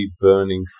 burning